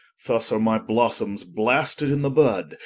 thus are my blossomes blasted in the bud,